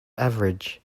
average